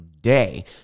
day